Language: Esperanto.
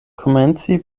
komenci